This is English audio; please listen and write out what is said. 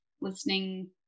listening